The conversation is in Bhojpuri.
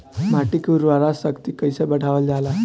माटी के उर्वता शक्ति कइसे बढ़ावल जाला?